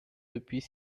depuis